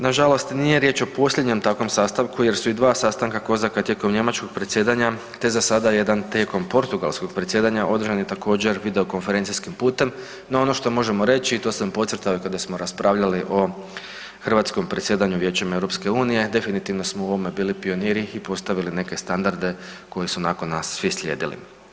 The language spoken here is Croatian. Nažalost, nije riječ o posljednjem takvom sastanku jer su i dva sastanka COSAC-a tijekom njemačkog predsjedanja te zasada jedan tijekom portugalskog predsjedanja, održani također video konferencijskim putem no ono što možemo reći i to sam podcrtao i kad smo raspravljali o hrvatskom predsjedanju Vijećem EU-a, definitivno smo u ovome bili u pioniri i postavili neke standarde koje su nakon nas svi slijedili.